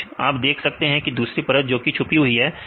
बीच आप देख सकते हैं दूसरी परत जोकि छुपी हुई परत है